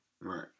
Right